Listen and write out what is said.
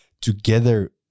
together